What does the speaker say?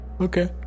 Okay